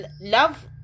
love